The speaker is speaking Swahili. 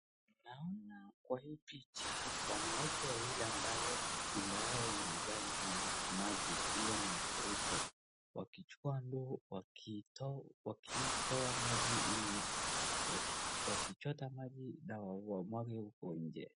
Naona Kwa hii picha wanawake wawili ambaye nyumba yao zimejaa maji hiyo ni mfuriko wakichukua ndoo wakitoa maji nje wakichota maji na wamwange huko nje.